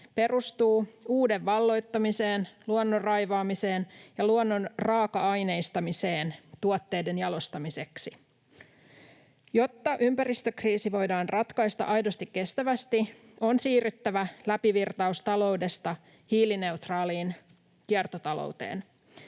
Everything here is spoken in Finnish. perustuu uuden valloittamiseen, luonnon raivaamiseen ja luonnon raaka-aineistamiseen tuotteiden jalostamiseksi. Jotta ympäristökriisi voidaan ratkaista aidosti kestävästi, on siirryttävä läpivirtaustaloudesta hiilineutraaliin kiertotalouteen,